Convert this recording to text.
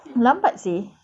lambat seh